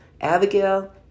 Abigail